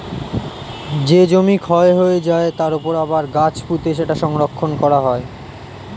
যেই জমি ক্ষয় হয়ে যায়, তার উপর আবার গাছ পুঁতে সেটা সংরক্ষণ করা হয়